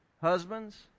Husbands